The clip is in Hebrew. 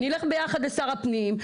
נלך ביחד לשר הפנים,